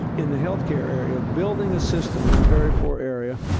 in the health care area, of building a system in a very poor area,